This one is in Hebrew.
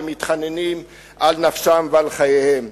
ומתחננים על נפשם ועל חייהם.